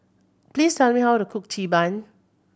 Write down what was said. please tell me how to cook Xi Ban